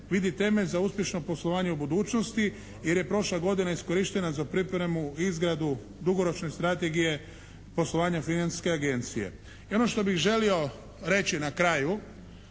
vidi temelj za uspješno poslovanje u budućnosti jer je prošla godina iskorištena za pripremu, izradu dugoročne strategije poslovanja Financijske agencije. I ono što bih želio reći na kraju,